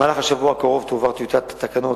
במהלך השבוע הקרוב תועבר טיוטת התקנות